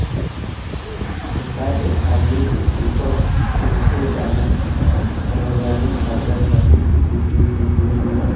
सरकार एक आदमी के ऊपर होखे वाला सार्वजनिक खर्चा खातिर भी वित्तीय शुल्क लेवे ला